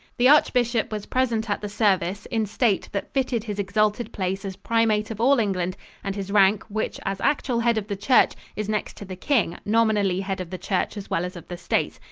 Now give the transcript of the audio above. the archbishop was present at the service in state that fitted his exalted place as primate of all england and his rank, which, as actual head of the church, is next to the king, nominally head of the church as well as of the state.